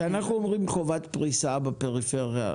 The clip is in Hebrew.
כאשר אנחנו אומרים חובת פריסה בפריפריה,